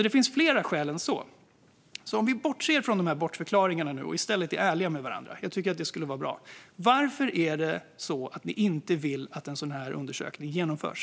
Det finns alltså fler skäl än så. Om vi bortser från de här bortförklaringarna nu och i stället är ärliga mot varandra - jag tycker att det skulle vara bra - undrar jag: Varför vill ni inte att en sådan här undersökning genomförs?